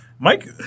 Mike